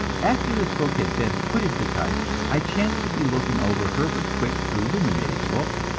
after this book had been put into type, i chanced to be looking over herbert quick's illuminating book,